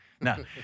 no